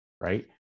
right